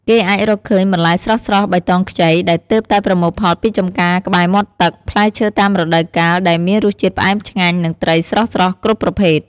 គេអាចរកឃើញបន្លែស្រស់ៗបៃតងខ្ចី ដែលទើបតែប្រមូលផលពីចំការក្បែរមាត់ទឹក ផ្លែឈើតាមរដូវកាលដែលមានរសជាតិផ្អែមឆ្ងាញ់ និងត្រីស្រស់ៗគ្រប់ប្រភេទ។